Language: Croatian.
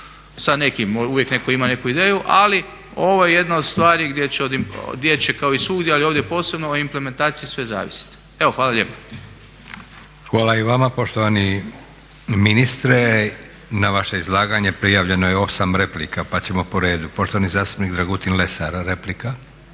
sa nekim, uvijek netko ima neku ideju. Ali ovo je jedna od stvari gdje će kao i svugdje, ali ovdje posebno, o implementaciji sve zavisit. Evo hvala lijepa. **Leko, Josip (SDP)** Hvala i vama poštovani ministre. Na vaše izlaganje prijavljeno je 8 replika, pa ćemo po redu. Poštovani zastupnik Dragutin Lesar, replika.